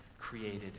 created